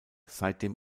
seitdem